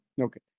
okay